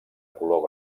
color